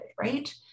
right